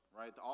right